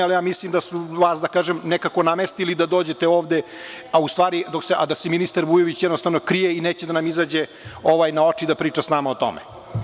Ali, mislim da su vas, da kažem, nekako namestili da dođete ovde, a da se ministar Vujović jednostavno krije i neće da nam izađe na oči da priča sa nama o tome.